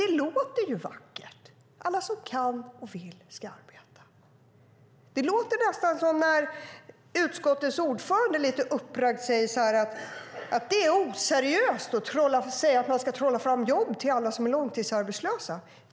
Det låter dock vackert: Alla som kan och vill ska arbeta. Det låter nästan som när utskottets ordförande lite upprört säger att det är oseriöst att säga att man ska trolla fram jobb till alla som är långtidsarbetslösa.